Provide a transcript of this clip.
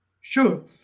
Sure